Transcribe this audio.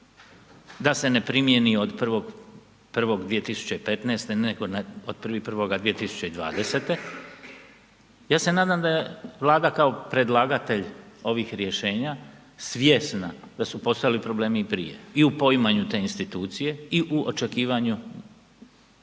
da se ne primijeni od 1.1.2015. nego od 1.1.2020. Ja se nadam da je Vlada kao predlagatelj ovih rješenja svjesna da su postojali problemi i prije i u poimanju te institucije i u očekivanju